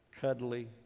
cuddly